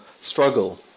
struggle